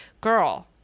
girl